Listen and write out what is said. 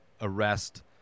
arrest